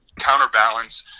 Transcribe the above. counterbalance